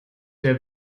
der